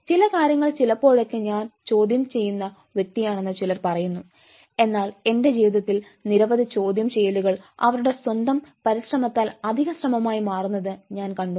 ചില കാര്യങ്ങൾ ചിലപ്പോഴൊക്കെ ഞാൻ ചോദ്യം ചെയ്യുന്ന വ്യക്തിയാണെന്ന് ചിലർ പറയുന്നു എന്നാൽ എൻറെ ജീവിതത്തിൽ നിരവധി ചോദ്യം ചെയ്യലുകൾ അവരുടെ സ്വന്തം പരിശ്രമത്താൽ അധിക ശ്രമമായി മാറുന്നത് ഞാൻ കണ്ടു